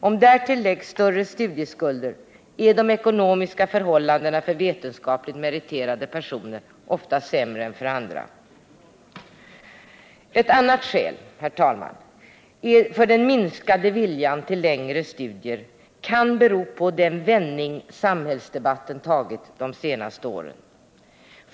Om därtill läggs större studieskulder är de ekonomiska förhållandena för vetenskapligt meriterade personer ofta sämre än för andra. Ett annat skäl, herr talman, för den minskade viljan till längre studier kan vara den vändning samhällsdebatten tagit de senaste åren.